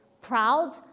proud